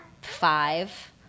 five